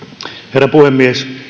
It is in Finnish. herra puhemies